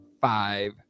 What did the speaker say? five